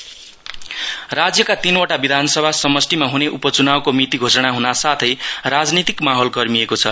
SKM राज्यका तीनवटा विधानसभा समष्टिमा हुने उपचुनाउको मिती घोषणा हुनासाथै राजनीतिक माहौल गर्मिएको छ